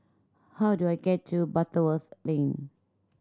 how do I get to Butterworth Lane